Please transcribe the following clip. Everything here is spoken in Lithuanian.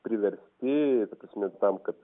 priversti ta prasme tam kad